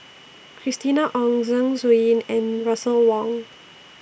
Christina Ong Zeng Shouyin and Russel Wong